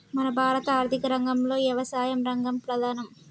మన భారత ఆర్థిక రంగంలో యవసాయ రంగం ప్రధానం